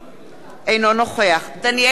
אינו נוכח דניאל בן-סימון,